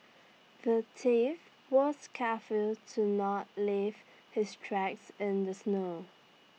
the thief was careful to not leave his tracks in the snow